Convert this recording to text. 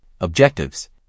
objectives